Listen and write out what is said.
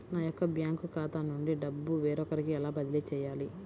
నా యొక్క బ్యాంకు ఖాతా నుండి డబ్బు వేరొకరికి ఎలా బదిలీ చేయాలి?